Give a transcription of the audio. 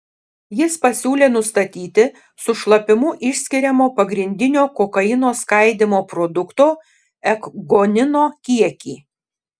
jis pasiūlė nustatyti su šlapimu išskiriamo pagrindinio kokaino skaidymo produkto ekgonino kiekį